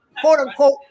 quote-unquote